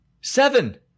Seven